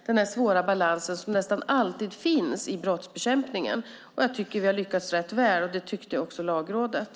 Det är en svår balans som nästan alltid finns i brottsbekämpning, och jag tycker att vi har lyckats rätt väl. Det tyckte också Lagrådet.